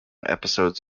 episodes